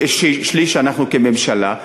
אנחנו כממשלה,